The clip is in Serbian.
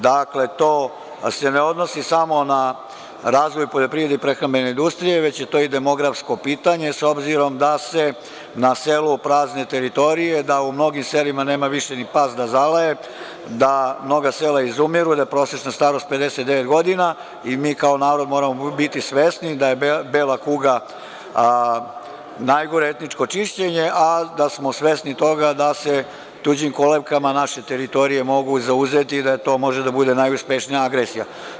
Dakle, to se ne odnosi samo na razvoj poljoprivrede i prehrambene industrije, već je to i demografsko pitanje, s obzirom da se na selu prazne teritorije, da u mnogim selima nema više ni pas da zalaje, da mnoga sela izumiru i da je prosečna starost 59 godina i mi kao narod moramo biti svesni da je bela kuga najgore etničko čišćenje, a da smo svesni toga da se tuđim kolevkama naše teritorije mogu zauzeti i da to može da bude najuspešnija agresija.